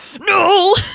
no